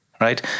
right